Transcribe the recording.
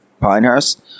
Pinehurst